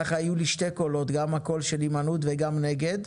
ככה יהיו לי שתי קולות גם של ההימנעות וגם של הנגד.